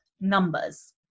numbers